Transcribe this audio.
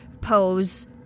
pose